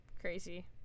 crazy